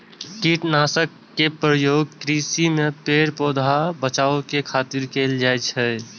कीटनाशक के प्रयोग कृषि मे पेड़, पौधा कें बचाबै खातिर कैल जाइ छै